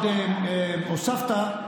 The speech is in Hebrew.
לא מרשה לי.